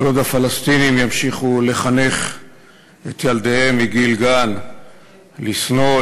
כל עוד הפלסטינים ימשיכו לחנך את ילדיהם מגיל גן לשנוא,